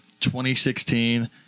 2016